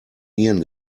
nieren